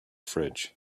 fridge